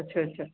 अच्छा अच्छा